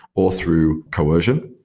or through coercion,